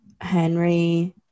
Henry